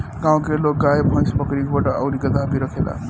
गांव में लोग गाय, भइस, बकरी, घोड़ा आउर गदहा भी रखेला